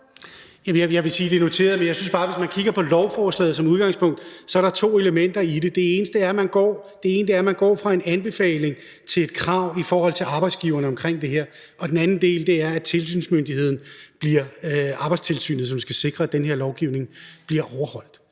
Jeg vil sige, at det er noteret, men jeg synes bare, at hvis man kigger på lovforslaget som udgangspunkt, så er der to elementer i det. Det ene er, at man med hensyn til det her går fra en anbefaling til et krav til arbejdsgiveren, og det andet er, at tilsynsmyndigheden bliver Arbejdstilsynet, som skal sikre, at den her lovgivning bliver overholdt.